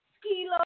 ski